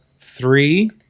three